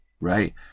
right